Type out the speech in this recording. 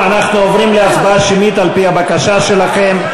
אנחנו עוברים להצבעה שמית, על-פי הבקשה שלכם.